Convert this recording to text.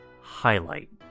highlight